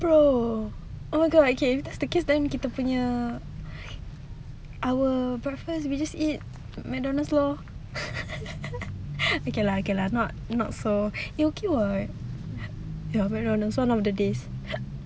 bro oh my god okay if that's the case then kita punya our breakfast we just eat mcdonald's lor you can lah can lah not not so eh okay [what] mcdonald's one of the days